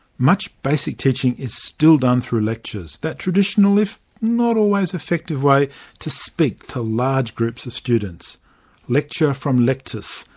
much basic teaching is still done through lectures, that traditional if not always effective way to speak to large groups of students lecture from lectus,